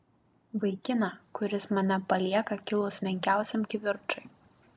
vaikiną kuris mane palieka kilus menkiausiam kivirčui